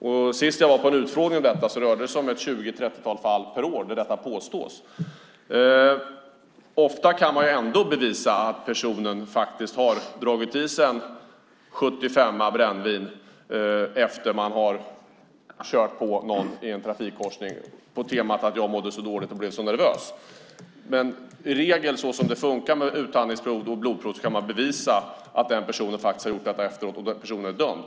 Senast jag var på en utfrågning om detta rörde det sig om ett tjugo-trettiotal fall per år där detta påstods. Ofta kan man ändå bevisa att personen faktiskt har dragit i sig en sjuttifemma brännvin efter att ha kört på någon i en trafikkorsning med förklaringen: Jag mådde så dåligt och blev så nervös. Som det funkar med utandningsprov och blodprov kan man i regel bevisa att personen har gjort detta efteråt, och då blir personen dömd.